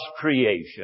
creation